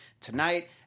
tonight